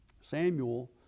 Samuel